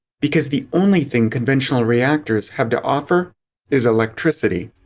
because the only thing conventional reactors have to offer is electricity.